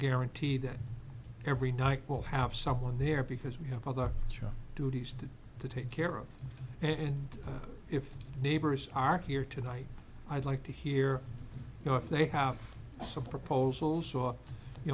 guarantee that every night will have someone there because we have other duties to take care of and if neighbors are here tonight i'd like to hear you know if they have some proposals or you